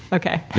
okay.